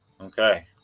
Okay